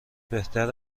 بهتر